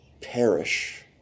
perish